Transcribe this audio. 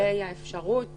לגבי האפשרות